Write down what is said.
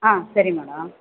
ஆ சரி மேடம்